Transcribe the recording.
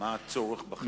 מה הצורך בחירום?